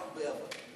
לא הרבה אבל.